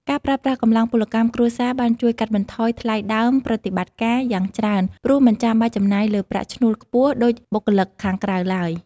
ការប្រើប្រាស់កម្លាំងពលកម្មគ្រួសារ បានជួយកាត់បន្ថយថ្លៃដើមប្រតិបត្តិការ យ៉ាងច្រើន ព្រោះមិនចាំបាច់ចំណាយលើប្រាក់ឈ្នួលខ្ពស់ដូចបុគ្គលិកខាងក្រៅឡើយ។